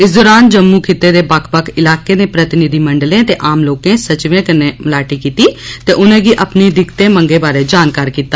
इस दौरान जम्मू खित्ते दे बक्ख बक्ख इलाके दे प्रतिनिधिमंडलें ते आम लोकें सचिवें कन्नै मलाटी कीती ते उनेंगी अपनी दिक्कते मंगे बारे जानकार कीता